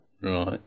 Right